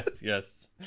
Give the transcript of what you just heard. yes